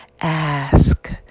Ask